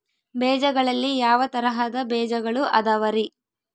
ಬೇಜಗಳಲ್ಲಿ ಯಾವ ತರಹದ ಬೇಜಗಳು ಅದವರಿ?